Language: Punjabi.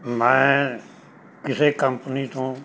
ਮੈਂ ਕਿਸੇ ਕੰਪਨੀ ਤੋਂ